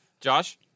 Josh